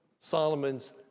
Solomon's